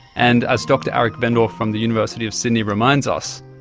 and, as dr aric bendorf from the university of sydney reminds us,